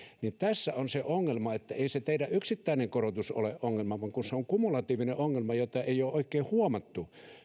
tässä on se ongelma ei se teidän yksittäinen korotuksenne ole ongelma vaan kun se on kumulatiivinen ongelma jota ei ole oikein huomattu